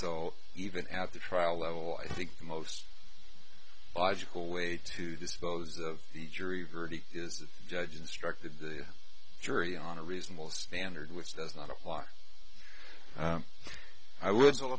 so even at the trial level i think the most logical way to dispose of the jury verdict is the judge instructed the jury on a reasonable standard which does not apply i would